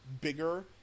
bigger